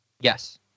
Yes